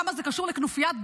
אבל אתה מוכר